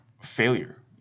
failure